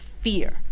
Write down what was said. fear